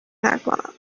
نکنم